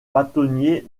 bâtonnier